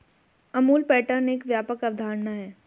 Amul pattern एक व्यापक अवधारणा है